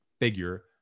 figure